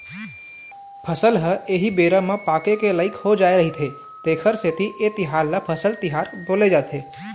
फसल ह एही बेरा म पाके के लइक हो जाय रहिथे तेखरे सेती ए तिहार ल फसल तिहार बोले जाथे